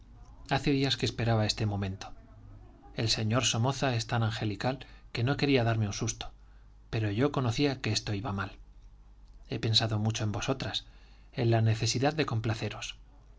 hace días que esperaba este momento el señor de somoza es tan angelical que no quería darme un susto pero yo conocía que esto iba mal he pensado mucho en vosotras en la necesidad de complaceros